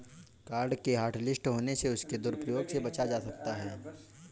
card के hotlist होने से उसके दुरूप्रयोग से बचा जा सकता है